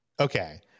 Okay